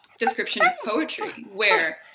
description of poetry, where,